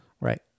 Right